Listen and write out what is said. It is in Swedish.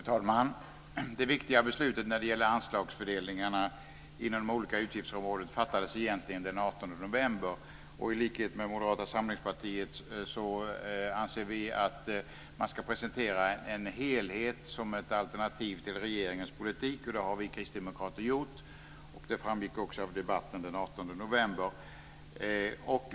Fru talman! Det viktiga beslutet när det gäller anslagsfördelningen inom de olika utgiftsområdena fattades egentligen den 18 november. I likhet med Moderata samlingspartiet anser vi att man ska presentera en helhet som ett alternativ till regeringens politik, och det har vi kristdemokrater gjort, vilket också framgick av debatten den 18 november.